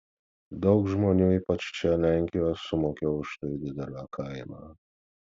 daug žmonių ypač čia lenkijoje sumokėjo už tai didelę kainą